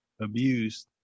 Abused